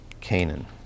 Canaan